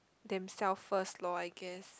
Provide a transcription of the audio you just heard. them self first loh I guess